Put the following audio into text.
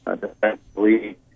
defensively